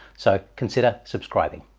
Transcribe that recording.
so consider subscribing.